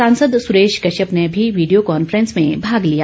सांसद सुरेश कश्यप ने भी वीडियो कांफ्रेंस में भाग लिया